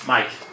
Mike